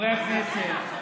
חברי הכנסת,